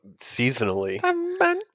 seasonally